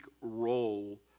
role